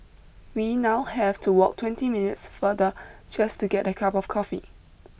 we now have to walk twenty minutes farther just to get a cup of coffee